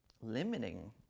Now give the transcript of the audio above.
limiting